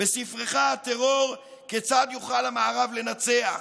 בספרך "הטרור, כיצד יוכל המערב לנצח".